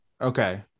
Okay